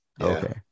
okay